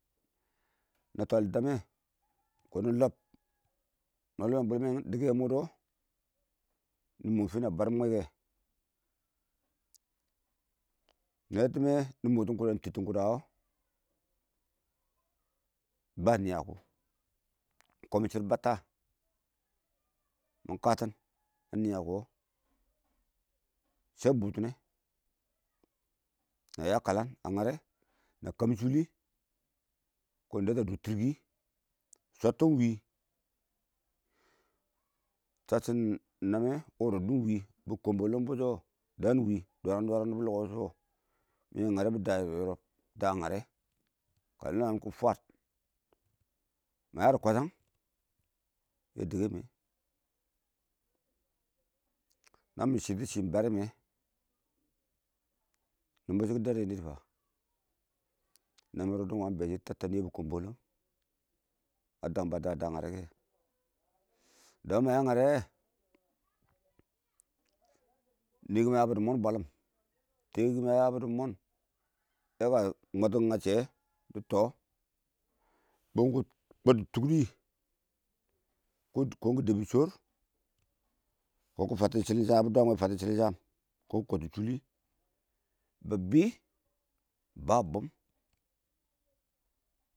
na twal dɪ dammɛ kɔn nɪ lɔb na lob bwɛl mɔ dukki yɛ nɛtɔ mɛ hinɪ barma yo, mʊtin kʊda nɪ tittin kʊda wɔ ba nii yɔkɔ kɔn mɪ shɪrr bəttə mɪ katin a nɪɪn yɔkɔ, shɛ bʊtʊnɛ na kalan a ngare na kəm shʊli kɔn dɔkə a dʊr tirkiwi, shɛttʊ iɪng wɪɪn shasshin binəng naman rɔddɔ iɪng wɪɪn bɪ mishame yɛbi kɔmbɔ lɔ wɪɪn dwarang dwarang, nibɔ kɔrfi shʊ wɔ ngarɔ bida nubɔ yɔrɔb yɔrɔb daam ngarɔ kə lam mɪ lam mɪn kɪ fwaəd ma ya dɪ kwashang yɛ dəkə mə na mɪ shɪrr dɪ chimmin barɛ mɛ kʊn shɪ kɪ dadɛ yɛndɛdi fan namɛn rɔddɔ wangɪn bɛshi tab tab nibi kɔmbɔlɔ, a dang ba da daam ngare kɛ dang ma ngare wɛ nɛ kimə a ya bə dɪ mon bwalim tɛɛ kimə a ya bʊdi mɔn yaka mwatʊ ngashiyɛ dɪ tɔ bikob dɪ tʊkdi kɔni kɪ dɛbbi shɔr, kɔn kɪ dwa wɛ mwɛ kɪ fantin shilin cham yɔta shʊli ba bii ba bum.